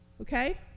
Okay